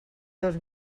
dos